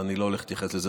אני לא הולך להתייחס לזה.